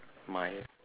mine